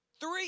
Three